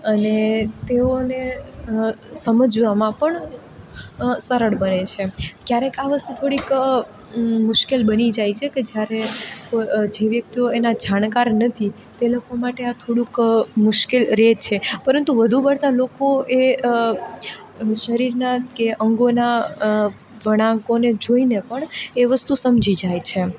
અને તેઓને સમજવામાં પણ સરળ બને છે ક્યારેક આ વસ્તુ થોડીક મુશ્કેલ બની જાય છે કે જ્યારે જે વ્યક્તિઓ એના જાણકાર નથી તે લોકો માટે આ થોડુંક મુશ્કેલ રહે છે પરંતુ વધુ પડતા લોકો એ શરીરના કે અંગોના વળાંકોને જોઈને પણ એ વસ્તુ સમજી જાય છે